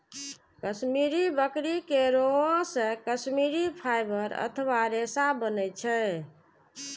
कश्मीरी बकरी के रोआं से कश्मीरी फाइबर अथवा रेशा बनै छै